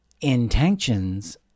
intentions